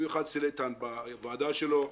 במיוחד אצל איתן בוועדה שלו,